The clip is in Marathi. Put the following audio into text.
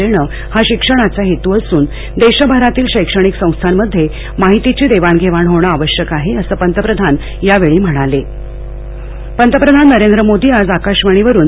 देणे हा शिक्षणाचा हेतू असून देशभरातील शैक्षणिक संस्थांमध्ये माहितीची देवाणघेवाण होणं आवश्यक आहे असं पंतप्रधान यावेळी म्हणाले पंतप्रधान नरेंद्र मोदी आज आकाशवाणीवरून